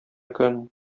көн